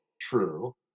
true